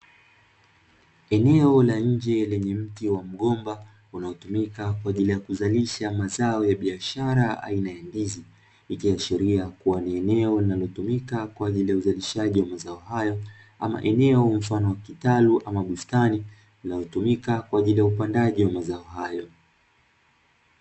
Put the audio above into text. Eneo la nje lenye mti wa mgomba, unaotumika kwa ajili ya kuzalisha mazao ya biashara aina ya ndizi, ikiashiria kua ni eneo linalotumika kwa ajili ya uzalishaji wa mazao hayo ama eneo mfano wa kitalu ama bustani linalotumika kwa ajili ya upandaji wa mazao hayo.